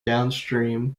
downstream